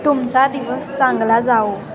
तुमचा दिवस चांगला जावो